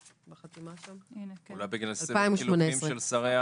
שכדאי לתת טיפה יותר כדי לחזק את אלה שחוו את הטלטלה הזאת.